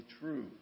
true